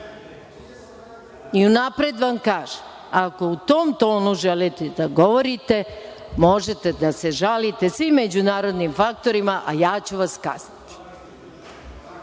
i unapred vam kažem, ako u tom tonu želite da govorite možete da se žalite svim međunarodnim faktorima, a ja ću vas kazniti.(Boško